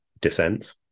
dissent